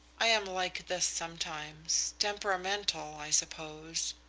i am like this sometimes temperamental, i suppose.